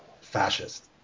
fascist